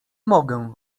mogę